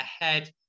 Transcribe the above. ahead